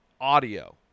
audio